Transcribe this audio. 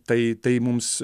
tai tai mums